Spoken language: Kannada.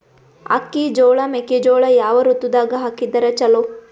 ಅಕ್ಕಿ, ಜೊಳ, ಮೆಕ್ಕಿಜೋಳ ಯಾವ ಋತುದಾಗ ಹಾಕಿದರ ಚಲೋ?